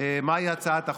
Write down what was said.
מהי הצעת החוק.